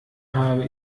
habe